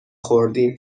خوردیم